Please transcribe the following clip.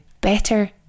Better